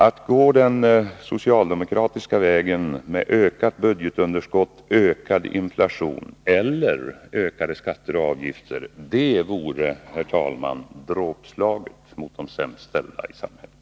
Att gå den socialdemokratiska vägen med ökat budgetunderskott, ökad inflation eller ökade skatter och avgifter, vore, herr talman, dråpslaget mot de sämst ställda i samhället.